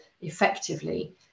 effectively